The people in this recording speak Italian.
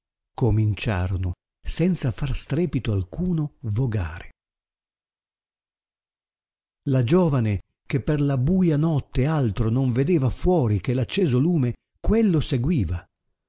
cominciarono senza far strepito alcuno vogare la giovane che per la buia notte altro non vedeva fuori che l acceso lume quello seguiva